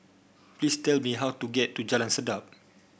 please tell me how to get to Jalan Sedap